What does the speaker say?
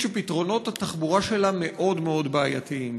שפתרונות התחבורה שלה מאוד מאוד בעייתיים.